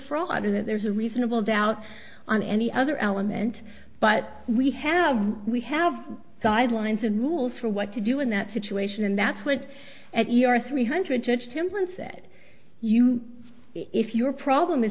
defraud or that there's a reasonable doubt on any other element but we have we have guidelines and rules for what to do in that situation and that's what at your three hundred judge him and said you know if your problem is